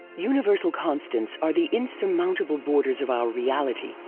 universal constants are the insurmountable borders of our reality.